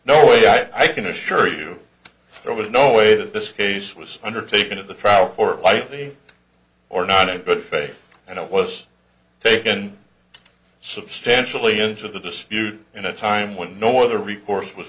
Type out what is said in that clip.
no way i can assure you there was no way that this case was undertaken at the trial for lightly or not a good faith and it was taken substantially into the dispute in a time when no other